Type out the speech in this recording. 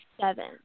seven